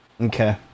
Okay